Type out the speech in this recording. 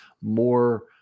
more